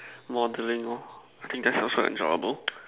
modelling lor I think that's also enjoyable